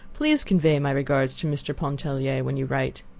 please convey my regards to mr. pontellier when you write.